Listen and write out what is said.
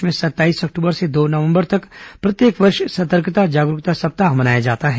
देश में सत्ताईस अक्टूबर से दो नवंबर तक प्रत्येक वर्ष सतर्कता जागरूकता सप्ताह मनाया जाता है